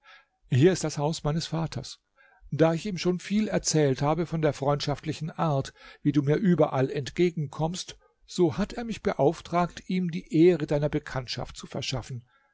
hier ist das haus meines vaters da ich ihm schon viel erzählt habe von der freundschaftlichen art wie du mir überall entgegenkommst so hat er mich beauftragt ihm die ehre deiner bekanntschaft zu verschaffen